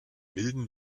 milden